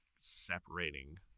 separating